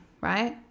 right